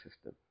system